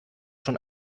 schon